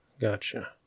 Gotcha